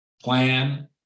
plan